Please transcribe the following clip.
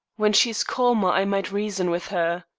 when she is calmer i might reason with her.